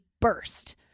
burst